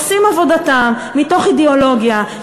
עושים עבודתם מתוך אידיאולוגיה,